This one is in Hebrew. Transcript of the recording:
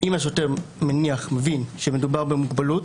אם השוטר מבין שמדובר במוגבלות,